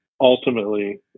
ultimately